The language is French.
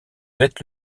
êtes